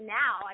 now